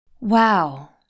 Wow